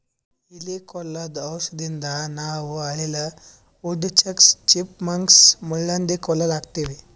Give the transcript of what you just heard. ಇಲಿ ಕೊಲ್ಲದು ಔಷಧದಿಂದ ನಾವ್ ಅಳಿಲ, ವುಡ್ ಚಕ್ಸ್, ಚಿಪ್ ಮಂಕ್ಸ್, ಮುಳ್ಳಹಂದಿ ಕೊಲ್ಲ ಹಾಕ್ತಿವಿ